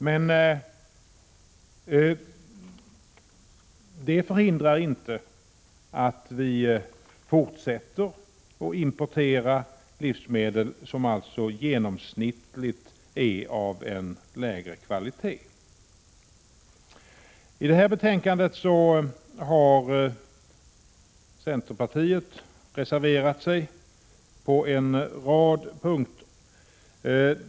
Men det hindrar inte att vi fortsätter att importera livsmedel, som alltså genomsnittligt är av lägre kvalitet. I betänkandet har centern reserverat sig på en rad punkter.